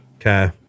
Okay